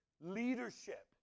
leadership